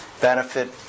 benefit